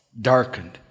darkened